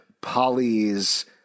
Polly's